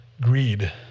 Greed